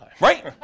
Right